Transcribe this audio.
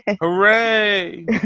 Hooray